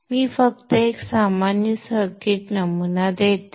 मी फक्त एक सामान्य नमुना सर्किट देतो